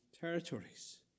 territories